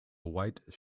white